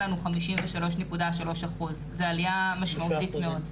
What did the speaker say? לנו 53.3 אחוז זו עלייה משמעותית מאוד.